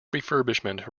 refurbishment